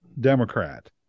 democrat